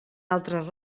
altres